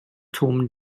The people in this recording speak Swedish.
tom